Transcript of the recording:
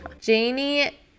Janie